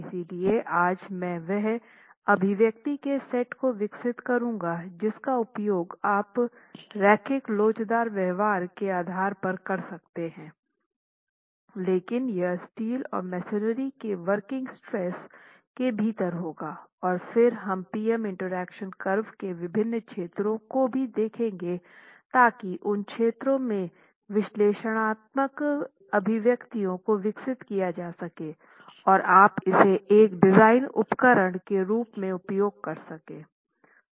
इसलिए आज मैं वह अभिव्यक्ति के सेट को विकसित करूँगा जिसका उपयोग आप रैखिक लोचदार व्यवहार के आधार पर कर सकते हैं लेकिन यह स्टील और मेसनरी के वर्किंग स्ट्रेस के भीतर होगा और फिर हम पी एम इंटरैक्शन कर्व के विभिन्न क्षेत्रों को भी देखेंगे ताकि उन क्षेत्रों में विश्लेषणात्मक अभिव्यक्तियों को विकसित किया जा सके और आप इसे एक डिज़ाइन उपकरण के रूप में उपयोग कर सके